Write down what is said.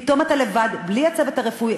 פתאום אתה לבד, בלי הצוות הרפואי,